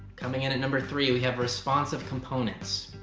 coming in at number three we have responsive components.